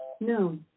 No